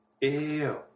Ew